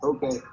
Okay